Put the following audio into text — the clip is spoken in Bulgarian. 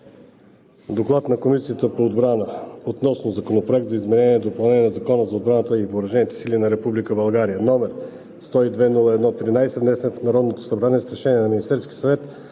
„ДОКЛАД на Комисията по отбрана относно Законопроект за изменение и допълнение на Закона за отбраната и въоръжените сили на Република България, № 102-01-13, внесен в Народното събрание с Решение на Министерския съвет